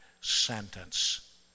sentence